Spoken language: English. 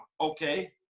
Okay